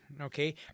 Okay